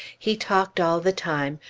he talked all the time,